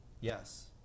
Yes